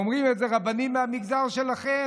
ואומרים את זה רבנים מהמגזר שלכם,